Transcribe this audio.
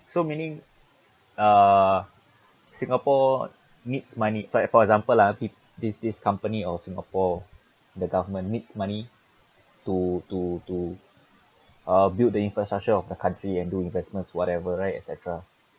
so meaning uh singapore needs money say for example uh p~ this this company or singapore the government needs money to to to uh build the infrastructure of the country and do investments whatever right etcetera